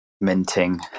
minting